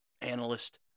analyst